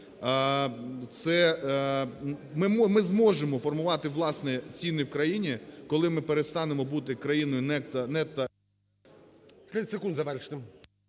Ми зможемо формувати, власне, ціни в країні, коли ми перестанемо бути країною…